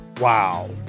wow